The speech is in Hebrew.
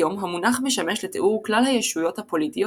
היום המונח משמש לתיאור כלל הישויות הפוליטיות